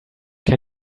can